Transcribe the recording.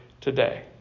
today